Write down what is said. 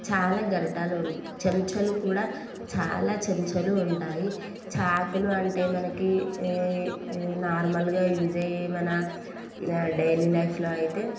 చాలా గరిటెలు ఉంట చెంచాలు కూడా చాలా చెంచాలు ఉంటాయి చాకులు అంటే మనకి నార్మల్గా యూజ్ అయ్యే మన డైలీ లైఫ్లో అయితే